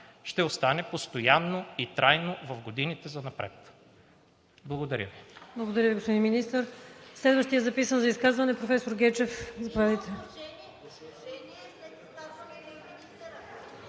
ще остане постоянно и трайно в годините занапред. Благодаря Ви.